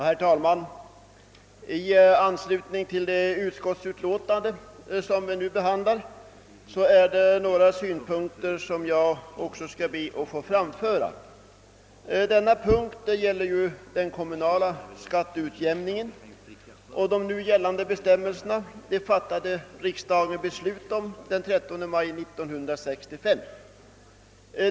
Herr talman! I punkten 11 i statsutskottets utlåtande nr 7 behandlas skatteutjämningsbidrag till kommunerna. De nu gällande bestämmelserna antogs av riksdagen den 13 maj 1965.